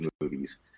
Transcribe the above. movies